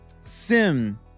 Sim